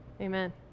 Amen